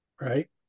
right